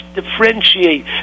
differentiate